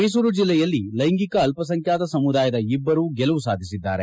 ಮೈಸೂರು ಜಿಲ್ಲೆಯಲ್ಲಿ ಲೈಂಗಿಕ ಅಲ್ಲಸಂಖ್ಯಾತ ಸಮುದಾಯದ ಇಬ್ಬರು ಗೆಲುವು ಸಾಧಿಸಿದ್ದಾರೆ